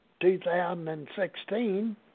2016